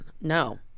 No